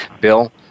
Bill